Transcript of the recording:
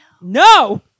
No